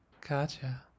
Gotcha